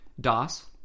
DOS